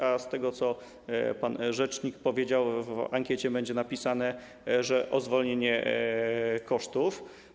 A z tego, co pan rzecznik powiedział, wynika, że w ankiecie będzie napisane, że o zwolnienie z kosztów.